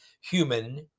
human